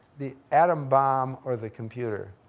the atom bomb or the computer.